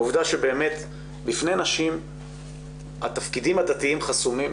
העובדה שבאמת בפני נשים התפקידים הדתיים חסומים,